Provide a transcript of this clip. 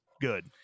good